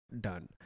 done